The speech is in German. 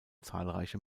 zahlreiche